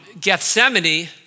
Gethsemane